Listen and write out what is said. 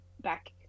back